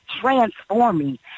transforming